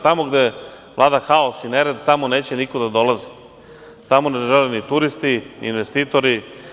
Tamo gde vlada haos i nered neće niko da dolazi, tamo ne žele ni turisti, ni investitori.